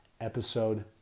episode